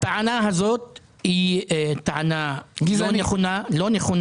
הטענה הזאת היא טענה לא נכונה.